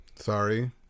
Sorry